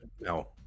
No